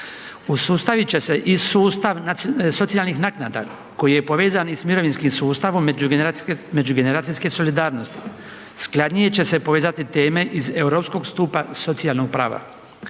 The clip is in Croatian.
Usustavit će se i sustav socijalnih naknada koji je povezan sa mirovinskim sustav međugeneracijske solidarnosti. Skladnije će se povezati teme iz europskog stupa socijalnog prava.